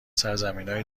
سرزمینای